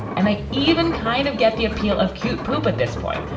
and they even kind of get the appeal of cute poop at this point,